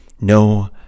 No